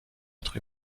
êtres